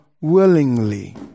willingly